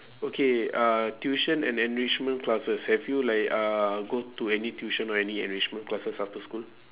okay uh tuition and enrichment classes have you like uh go to any tuition or any enrichment classes after school